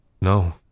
No